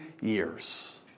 years